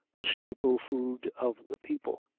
the staple food of the people.